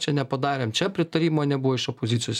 čia nepadarėm čia pritarimo nebuvo iš opozicijos